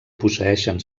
posseeixen